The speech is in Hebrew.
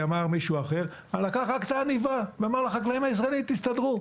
מישהו אחר אמר לקח רק את העניבה ואמר לחקלאים הישראליים: תסתדרו,